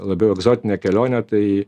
labiau egzotinė kelionė tai